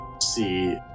see